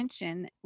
attention